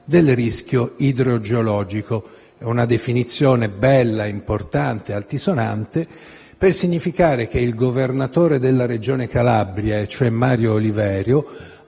del rischio idrogeologico. È una definizione bella, importante e altisonante per significare che il governatore della Regione Calabria, e cioè Mario Oliverio,